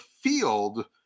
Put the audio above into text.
field